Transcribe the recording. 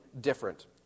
different